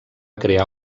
crear